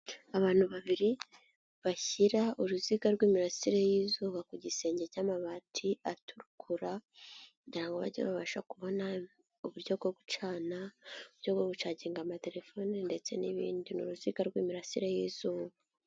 Abantu babiri bashyira uruziga rw'imirasire y'izuba ku gisenge cy'amabati atukura, kugira ngo bajye babasha kubona uburyo bwo gucana, uburyo bwo gucaginga amatelefone ndetse n'ibindi. Ni uruziga rw'imirasire y'izuba.